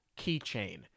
keychain